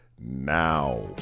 now